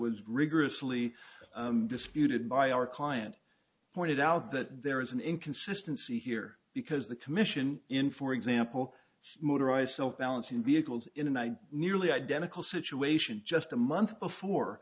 was rigorously disputed by our client pointed out that there is an inconsistency here because the commission in for example motorized balancing vehicles in a nearly identical situation just a month before